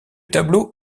tableau